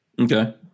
Okay